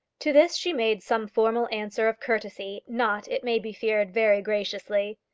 to this she made some formal answer of courtesy, not, it may be feared, very graciously.